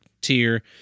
tier